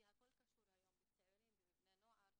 כי הכול קשור היום בצעירים ובבני נוער,